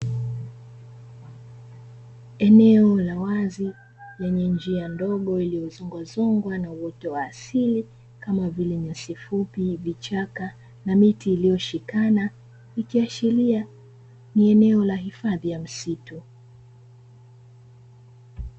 Eneo la wazi, lenye njia ndogo iliyozongwazongwa na uoto wa asili kama vile; nyasi fupi, vichaka na miti iliyoshikana, ikiashiria ni eneo la hifadhi ya msitu.